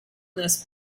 this